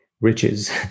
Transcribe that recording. riches